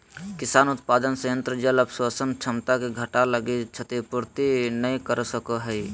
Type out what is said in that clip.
किसान उत्पादन संयंत्र जल अवशोषण क्षमता के घटा लगी क्षतिपूर्ति नैय कर सको हइ